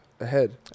ahead